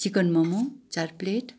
chicken momo चार plate